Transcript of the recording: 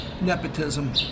nepotism